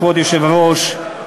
כבוד היושב-ראש,